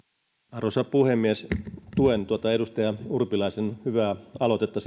arvoisa puhemies tuen tuota edustaja urpilaisen hyvää aloitetta